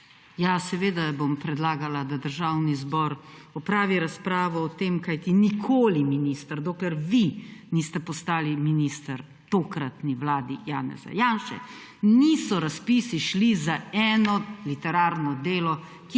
Ja, seveda bom predlagala, da Državni zbor opravi razpravo o tem, kajti nikoli, minister, dokler vi niste postali minister v tokratni vladi Janeza Janše, niso razpisi šli za eno literarno delo,